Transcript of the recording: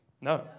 No